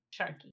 sharky